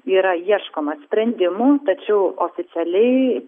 yra ieškoma sprendimų tačiau oficialiai